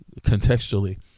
contextually